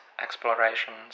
explorations